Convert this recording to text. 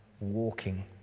walking